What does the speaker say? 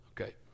Okay